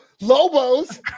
lobos